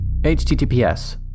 HTTPS